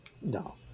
No